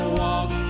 walk